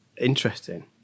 Interesting